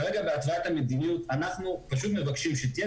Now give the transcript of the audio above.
כרגע בהצבעת המדיניות אנחנו פשוט מבקשים שתהיה